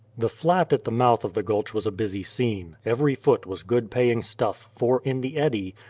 the flat at the mouth of the gulch was a busy scene, every foot was good paying stuff, for in the eddy,